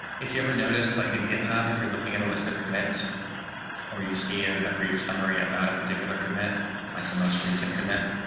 if you ever noticed i can get have if you're looking at a list of commits or you see ah a brief summary about a particular commit like the most recent commit